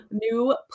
new